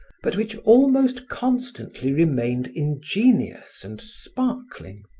but which almost constantly remained ingenious and sparkling.